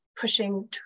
pushing